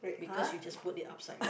because you just put it upside down